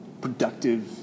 productive